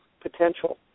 potential